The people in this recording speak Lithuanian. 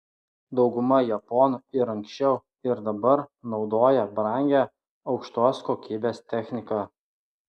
dauguma japonų ir anksčiau ir dabar naudoja brangią aukštos kokybės techniką